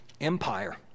empire